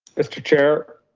mr. chair,